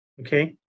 okay